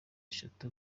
eshatu